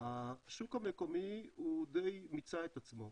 השוק המקומי הוא די מיצה את עצמו,